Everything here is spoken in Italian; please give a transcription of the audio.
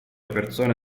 persone